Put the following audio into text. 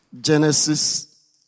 Genesis